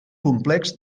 complex